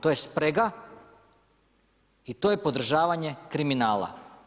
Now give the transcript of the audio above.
To je sprega i to je podržavanje kriminala.